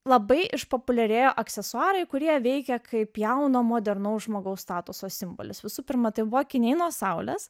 labai išpopuliarėjo aksesuarai kurie veikė kaip jauno modernaus žmogaus statuso simbolis visų pirma tai buvo akiniai nuo saulės